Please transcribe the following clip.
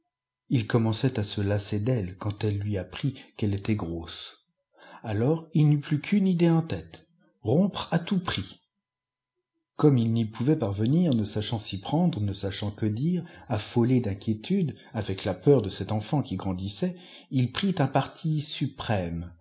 ii commençait à se lasser d'elle quand elle lui apprit qu'elle était grosse alors il n'eut plus qu'une idée en tête rompre à tout prix comme il n'y pouvait parvenir ne sachant s'y prendre ne sachant que dire affolé d'inquiétudes avec la peur de cet enfant qui grandissait il prit un parti suprême